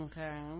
okay